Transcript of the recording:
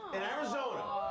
in arizona,